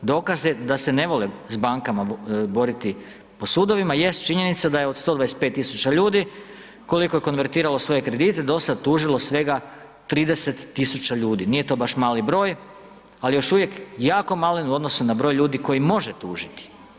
Dokaz je da se ne vole s bankama boriti po sudovima jest činjenica da je od 125 tisuća ljudi koliko je konvertiralo svoje kredite do sad tužilo svega 30 tisuća ljudi, nije to baš mali broj, al' još uvijek jako malen u odnosu na broj ljudi koji može tužiti.